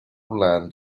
land